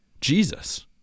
Jesus